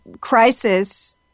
crisis